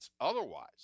otherwise